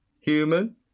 human